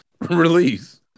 release